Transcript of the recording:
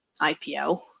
IPO